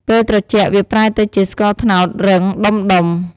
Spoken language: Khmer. ពេលត្រជាក់ វាប្រែទៅជាស្ករត្នោតរឹងដំុៗ។